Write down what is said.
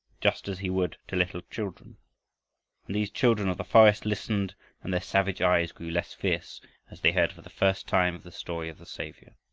just as he would to little children, and these children of the forest listened and their savage eyes grew less fierce as they heard for the first time of the story of the savior.